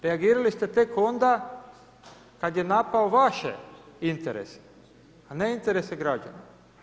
Reagirali ste tek onda kad je napao vaše interese, a ne interese građana.